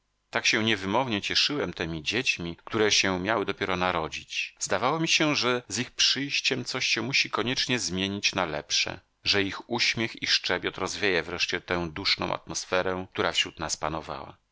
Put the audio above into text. tak się niewymownie cieszyłem temi dziećmi które się miały dopiero narodzić zdawało mi się że z ich przyjściem coś się musi koniecznie zmienić na lepsze że ich uśmiech i szczebiot rozwieje wreszcie tę duszną atmosferę która wśród nas panowała